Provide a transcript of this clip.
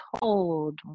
told